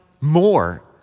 more